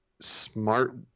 smart